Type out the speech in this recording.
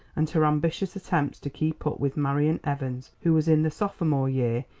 and her ambitious attempts to keep up with marian evans, who was in the sophomore year,